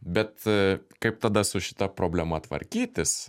bet kaip tada su šita problema tvarkytis